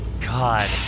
God